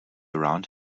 around